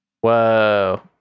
Whoa